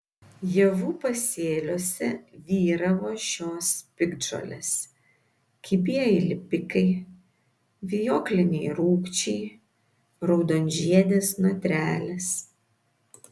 javų pasėliuose vyravo šios piktžolės kibieji lipikai vijokliniai rūgčiai raudonžiedės notrelės